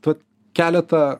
tad keleta